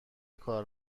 کار